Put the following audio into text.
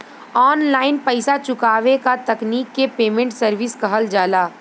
online पइसा चुकावे क तकनीक के पेमेन्ट सर्विस कहल जाला